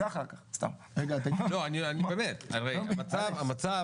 לא, באמת, המצב